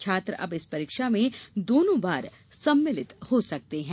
छात्र अब इस परीक्षा में दोनों बार सम्मिलित हो सकते हैं